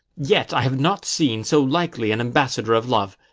yet i have not seen so likely an ambassador of love.